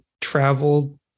traveled